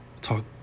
talk